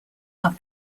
are